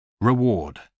Reward